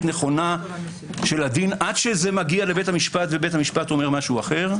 נכונה של הדין עד שזה מגיע לבית המשפט ובית המשפט אומר משהו אחר,